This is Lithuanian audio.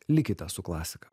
likite su klasika